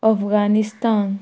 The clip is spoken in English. Afghanistan